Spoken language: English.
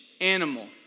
animal